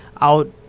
out